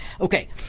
Okay